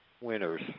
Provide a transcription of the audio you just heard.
winners